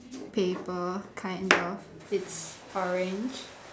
paper kind of it's orange